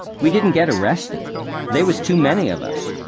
we didn't get arrested they was too many of us.